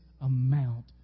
amount